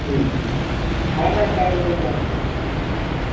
ம் ஆதார் கார்ட் இருக்கணும்ங்களா ம்